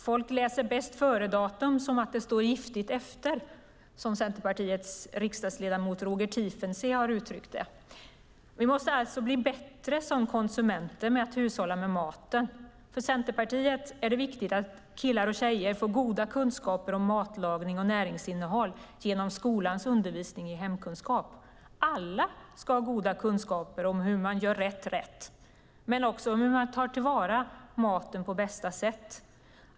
Folk läser bästföredatum som att det står "giftigt efter", som Centerpartiets riksdagsledamot Roger Tiefensee har uttryckt det. Vi måste bli bättre som konsumenter på att hushålla med maten. För Centerpartiet är det viktigt att killar och tjejer får goda kunskaper om matlagning och näringsinnehåll genom skolans undervisning i hemkunskap. Alla ska ha goda kunskaper om hur man gör rätt rätt, men också om hur man tar till vara maten på bästa sätt.